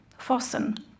Fossen